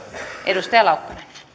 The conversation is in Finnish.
arvoisa